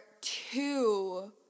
two